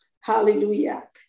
Hallelujah